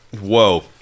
Whoa